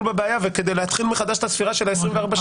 בבעיה וכדי להתחיל מחדש את ספירת ה-24 השעות.